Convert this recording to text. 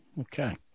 okay